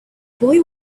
boy